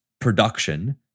production